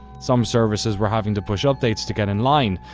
some services were having to push updates to get in line.